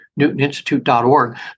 newtoninstitute.org